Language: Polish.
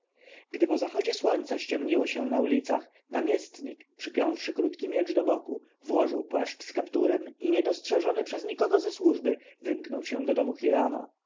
gdy po zachodzie słońca ściemniło się na ulicach namiestnik przypiąwszy krótki miecz do boku włożył płaszcz z kapturem i niedostrzeżony przez nikogo ze służby wymknął się do domu